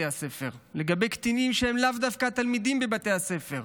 הספר לגבי קטינים שהם לאו דווקא תלמידים בבתי הספר,